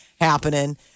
happening